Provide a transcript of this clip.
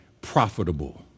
profitable